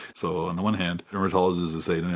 so on the one hand dermatologists are saying,